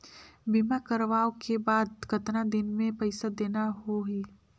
बीमा करवाओ के बाद कतना दिन मे पइसा देना हो ही?